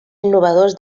innovadors